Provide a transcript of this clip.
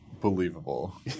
believable